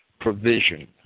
provision